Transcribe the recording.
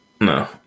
no